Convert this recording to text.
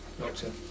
Doctor